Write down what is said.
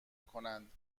کنند